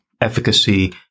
efficacy